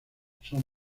son